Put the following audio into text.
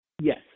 yes